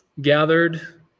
gathered